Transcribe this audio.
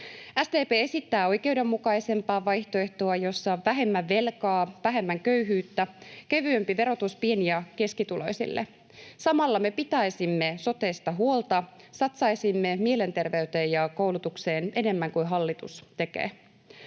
SDP esittää oikeudenmukaisempaa vaihtoehtoa, jossa on vähemmän velkaa, vähemmän köyhyyttä, kevyempi verotus pieni- ja keskituloisille. Samalla me pitäisimme sotesta huolta, satsaisimme mielenterveyteen ja koulutukseen enemmän kuin hallitus tekee.